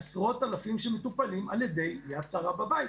עשרות אלפים של מטופלים על-ידי "יד שרה" בבית,